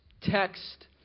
text